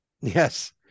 Yes